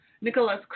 Nicholas